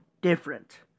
different